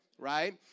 right